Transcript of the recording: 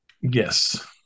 Yes